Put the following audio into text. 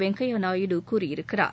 வெங்கையா நாயுடு கூறியிருக்கிறார்